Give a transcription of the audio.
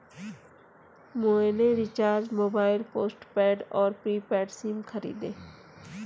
मैंने recharge mobile postpaid और prepaid SIM खरीदे